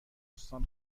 استان